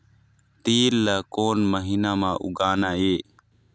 तील ला कोन महीना म उगाना ये?